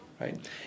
Right